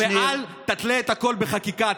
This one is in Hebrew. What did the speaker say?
אל תתלה את הכול בחקיקה.